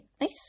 nice